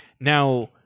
Now